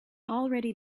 already